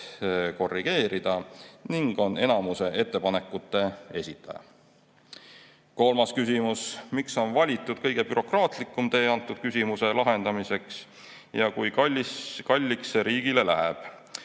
korrigeerida, ning on enamiku ettepanekute esitaja. Kolmas küsimus: "Miks on valitud kõige bürokraatlikum tee antud küsimuse lahendamiseks ja kui kalliks see riigile läheb?